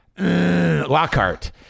Lockhart